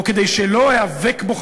או כדי שלא איאבק בו,